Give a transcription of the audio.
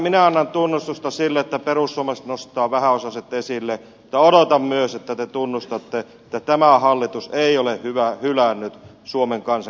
minä annan tunnustusta sille että perussuomalaiset nostavat vähäosaiset esille mutta odotan myös että te tunnustatte että tämä hallitus ei ole hylännyt suomen kansan kaikista köyhimpiä